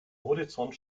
horizont